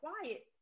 quiet